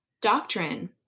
doctrine